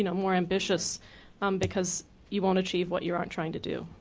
you know more ambitious because you won't achieve what you aren't trying to do.